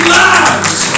lives